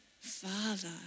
Father